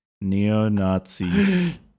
Neo-Nazi